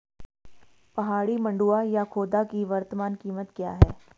पहाड़ी मंडुवा या खोदा की वर्तमान कीमत क्या है?